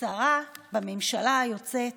כשרה בממשלה היוצאת